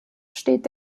steht